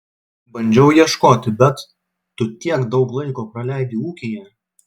bandžiau ieškoti bet tu tiek daug laiko praleidi ūkyje